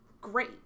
great